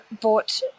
bought